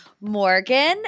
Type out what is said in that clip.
Morgan